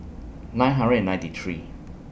nine hundred ninety three